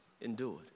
endured